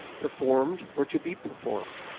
performed or to be performed.